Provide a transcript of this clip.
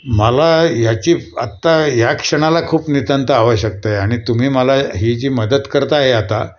मला याची आत्ता या क्षणाला खूप नितांत आवश्यकता आहे आणि तुम्ही मला ही जी मदत करत आहे आता